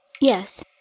Yes